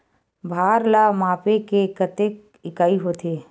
भार ला मापे के कतेक इकाई होथे?